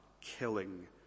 killing